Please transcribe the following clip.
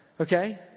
Okay